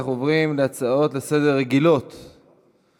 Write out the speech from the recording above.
אנחנו עוברים להצעות רגילות לסדר-היום,